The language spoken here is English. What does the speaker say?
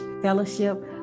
fellowship